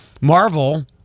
Marvel